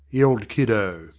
yelled kiddo,